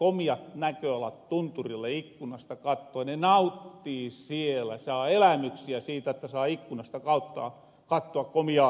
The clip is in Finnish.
komiat näköalat tunturille ikkunasta kattoen ne nauttii siellä saa elämyksiä siitä että saa ikkunasta kattoa komiaa tunturia